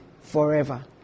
forever